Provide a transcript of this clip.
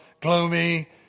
gloomy